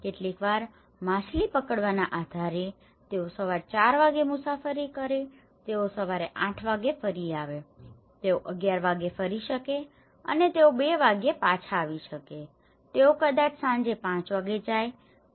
કેટલીકવાર માછલી પકડવાના આધારે તેઓ સવારે ચાર વાગ્યે મુસાફરી કરે છે તેઓ સવારે આઠ વાગ્યે ફરી આવે છે તેઓ 1100 વાગ્યે ફરી શકે છે અને તેઓ 200 વાગ્યે પાછા આવી શકે છે તેઓ કદાચ સાંજે 500 વાગ્યે જઇ શકે છે